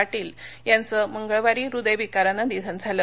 पाटील यांचे मंगळवारी हृदयविकाराने निधन झाले